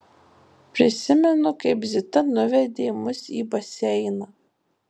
prisimenu kaip zita nuvedė mus į baseiną